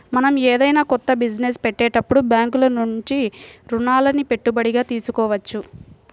మనం ఏదైనా కొత్త బిజినెస్ పెట్టేటప్పుడు బ్యేంకుల నుంచి రుణాలని పెట్టుబడిగా తీసుకోవచ్చు